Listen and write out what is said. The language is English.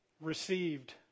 received